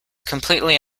completely